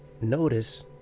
notice